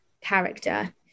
character